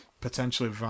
potentially